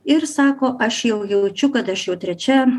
ir sako aš jau jaučiu kad aš jau trečia